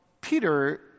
Peter